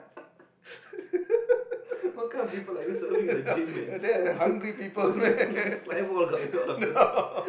they are hungry people man no